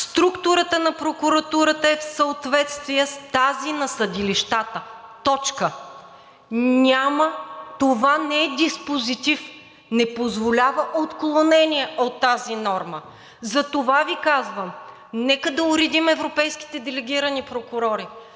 „Структурата на прокуратурата е в съответствие с тази на съдилищата“ – точка! Това не е диспозитив. Не позволява отклонение от тази норма. Затова Ви казвам: нека да уредим европейските делегирани прокурори.